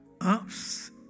Ups